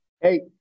Hey